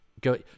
go